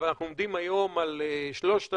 אבל אנחנו עומדים היום על 3,000,